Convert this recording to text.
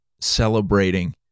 celebrating